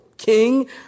King